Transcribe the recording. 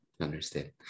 understand